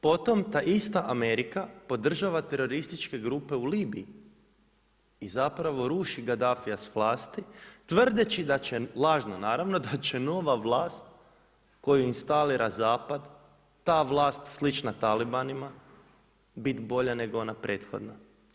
Potom ta ista Amerika podržava terorističke grupe u Libiji i zapravo ruši Gaddafia sa vlasti tvrdeći da će, lažno naravno, da će nova vlast koju instalira zapad, ta vlast slična talibanima bit bolja nego ona prethodna.